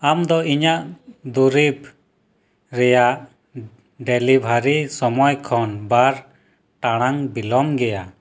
ᱟᱢᱫᱚ ᱤᱧᱟᱹᱜ ᱫᱩᱨᱤᱵ ᱨᱮᱭᱟᱜ ᱰᱮᱞᱤᱵᱷᱟᱨᱤ ᱥᱚᱢᱚᱭ ᱠᱷᱚᱱ ᱵᱟᱨ ᱴᱟᱲᱟᱝ ᱵᱤᱞᱚᱢ ᱜᱮᱭᱟ